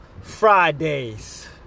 Fridays